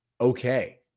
okay